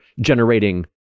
generating